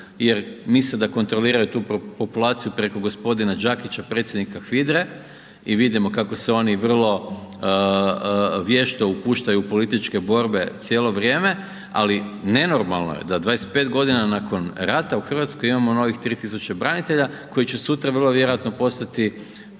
jer misle da kontroliraju tu populaciju preko g. Đakića, predsjednika HVIDR-e i vidimo kako se oni vrlo vješto upuštaju u političke borbe cijelo vrijeme, ali nenormalno je da 25.g. nakon rata u RH imamo novih 3000 branitelja koji će sutra vrlo vjerojatno postati